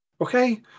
Okay